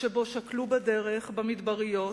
שבו שכלו בדרך, במדבריות,